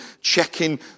checking